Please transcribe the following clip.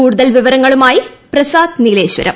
കൂടുതൽ വിവരങ്ങളുമായി പ്രസാദ് നീലേശ്വരം